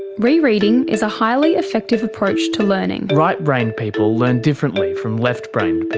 rereading is a highly effective approach to learning. right-brained people learn differently from left-brained but